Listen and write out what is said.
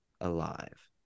alive